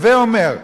הווי אומר,